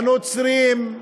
הנוצרים,